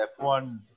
F1